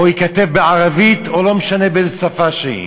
או ייכתב בערבית או לא משנה באיזו שפה שהיא.